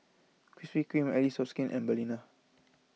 Krispy Kreme Allies of Skin and Balina